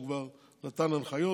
שכבר נתן הנחיות,